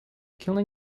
killing